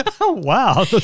Wow